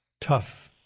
tough